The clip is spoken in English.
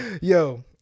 Yo